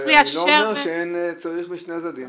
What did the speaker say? אני לא אומר שאין צריך משני הצדדים,